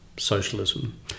Socialism